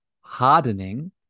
hardening